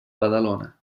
badalona